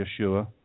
Yeshua